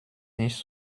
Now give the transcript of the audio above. nicht